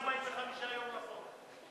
45 יום לחוק.